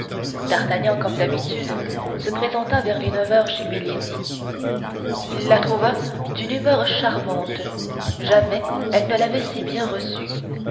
d'artagnan comme d'habitude se présenta vers les neuf heures chez milady il la trouva d'une humeur charmante jamais elle ne l'avait si bien reçu